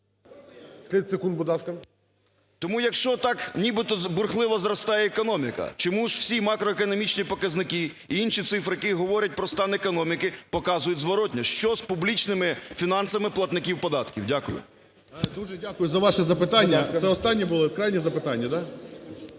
Тому якщо так нібито бурхливо зростає економіка, чому ж всі макроекономічні показники і інші цифри, які говорять про стан економіки, показують зворотнє? Що з публічними фінансами платників податків? Дякую. 11:06:26 ГРОЙСМАН В.Б. Дуже дякую за вашу запитання. Це останнє було крайнє запитання, так. Якщо